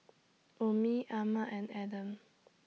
Ummi Ahmad and Adam